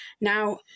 Now